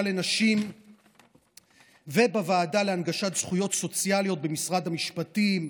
לנשים ובוועדה להנגשת זכויות סוציאליות במשרד המשפטים.